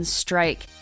strike